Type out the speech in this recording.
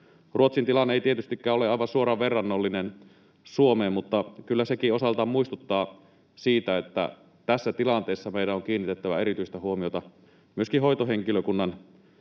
Ruotsin tilanne ei tietystikään ole aivan suoraan verrannollinen Suomeen, mutta kyllä sekin osaltaan muistuttaa siitä, että tässä tilanteessa meidän on kiinnitettävä erityistä huomiota myöskin hoitohenkilökunnan